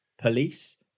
police